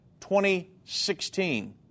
2016